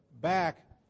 back